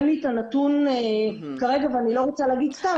אין לי את הנתון כרגע ואני לא רוצה להגיד סתם,